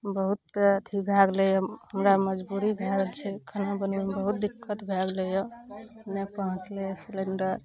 बहुते अथी भए गेलइए हमरा मजबूरी भए गेल छै खाना बनबयमे बहुत दिक्कत भए गेलइए नहि पहुँचलै यऽ सिलिंडर